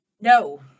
no